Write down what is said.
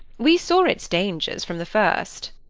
we saw its dangers from the first.